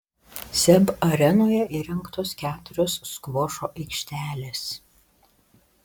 seb arenoje įrengtos keturios skvošo aikštelės